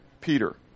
Peter